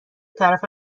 طرف